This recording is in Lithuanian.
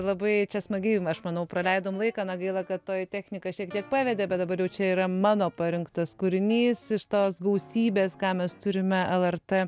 labai čia smagiai aš manau praleidom laiką na gaila kad toji technika šiek tiek pavedė bet dabar jau čia yra mano parinktas kūrinys iš tos gausybės ką mes turime lrt